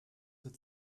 wird